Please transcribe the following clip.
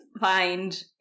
find